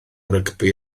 rygbi